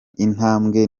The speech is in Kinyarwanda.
intambwe